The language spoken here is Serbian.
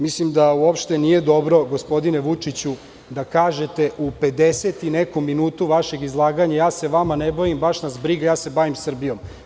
Mislim da uopšte nije dobro, gospodine Vučiću da kažete u pedeset i nekom minutu vašeg izlaganja – ja se vama ne bavim, baš nas briga, ja se bavim Srbijom.